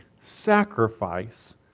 sacrifice